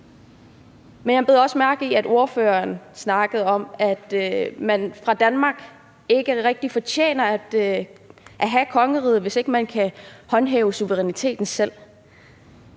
Men jeg bed også mærke i, at ordføreren snakkede om, at man fra Danmarks side ikke rigtig fortjener at have kongeriget, hvis ikke man kan håndhæve suveræniteten selv.